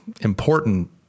important